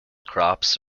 crops